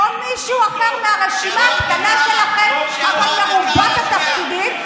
או מישהו אחר מהרשימה הקטנה שלכם אבל מרובת התפקידים,